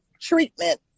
treatment